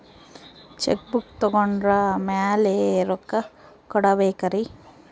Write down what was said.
Check book ತೊಗೊಂಡ್ರ ಮ್ಯಾಲೆ ರೊಕ್ಕ ಕೊಡಬೇಕರಿ?